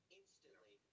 instantly